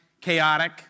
chaotic